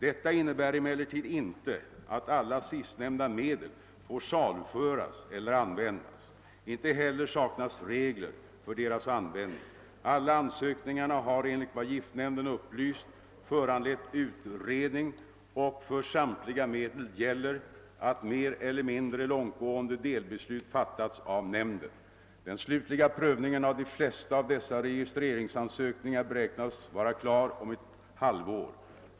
Detta innebär emellertid inte att alla sistnämnda medel får saluhållas eller användas. Inte heller saknas regler för deras användning. Alla ansökningarna har enligt vad giftnämnden upplyst föranlett utredning, och för samtliga medel gäller att mer eller mindre långtgående delbeslut fattats av nämnden. Den slutliga prövningen av de flesta av dessa registreringsansökningar beräknas vara klar om ett halvår.